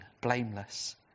blameless